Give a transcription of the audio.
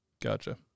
Gotcha